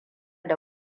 da